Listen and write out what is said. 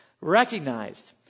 recognized